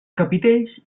capitells